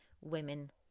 women